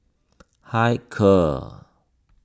Hilker